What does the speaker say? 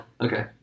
Okay